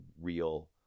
real